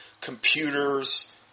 computers